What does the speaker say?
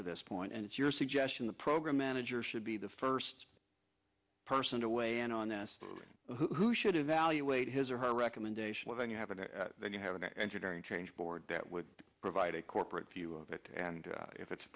to this point and it's your suggestion the program manager should be the first person to weigh in on this who should evaluate his or her recommendation of then you have an then you have an engineering change board that would provide a corporate view of it and if it's a